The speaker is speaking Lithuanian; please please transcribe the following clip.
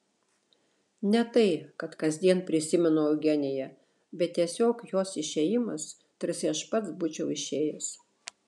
ne tai kad kasdien prisimenu eugeniją bet tiesiog jos išėjimas tarsi aš pats būčiau išėjęs